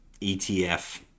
ETF